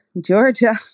Georgia